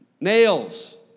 nails